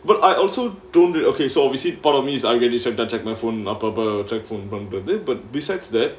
but I also don't do okay so obviously part of me is I really don't check my phone அப்பே அப்பே:appe appe phone check பண்றது:pandrathu but besides that